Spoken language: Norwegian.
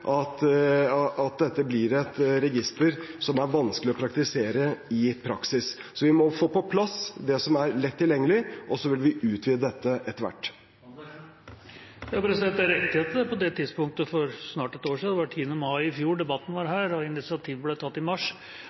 at dette blir et register som er vanskelig å praktisere. Vi må få på plass det som er lett tilgjengelig, og så vil vi utvide dette etter hvert. Det er riktig at det på det tidspunktet, for snart et år siden – debatten fant sted den 10. mai i fjor, og initiativet ble tatt i mars